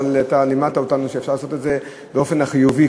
אבל אתה לימדת אותנו שאפשר לעשות את זה באופן חיובי,